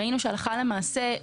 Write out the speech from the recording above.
ראינו שהלכה למעשה,